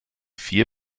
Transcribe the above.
vier